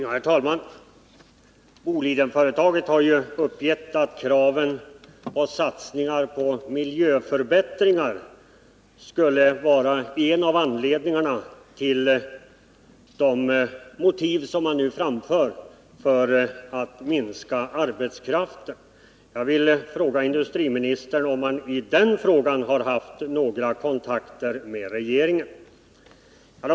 Herr talman! Bolidenföretaget har uppgett att kraven och satsningarna på miljöförbättringar skulle vara en av anledningarna till att man behöver minska arbetskraften. Jag vill fråga industriministern om han i den frågan haft några kontakter med regeringen i övrigt.